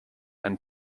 and